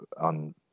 on